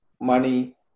money